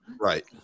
Right